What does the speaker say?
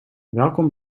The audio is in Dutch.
welkom